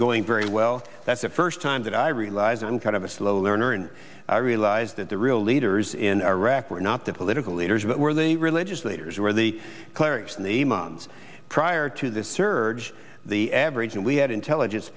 going very well that's the first time that i realize i'm kind of a slow learner and i realized that the real leaders in iraq were not the political leaders but were the religious leaders or the clerics in the months prior to the surge the average and we had intelligence